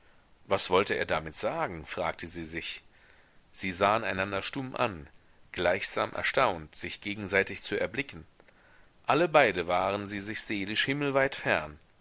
was wollte er damit sagen fragte sie sich sie sahen einander stumm an gleichsam erstaunt sich gegenseitig zu erblicken alle beide waren sie sich seelisch himmelweit fern